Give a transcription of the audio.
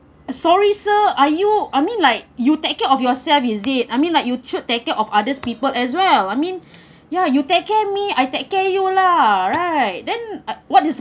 uh sorry sir are you I mean like you take care of yourself is it I mean like you should take care of others people as well I mean ya you take care me I take care you lah right then what is